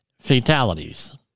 fatalities